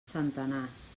centenars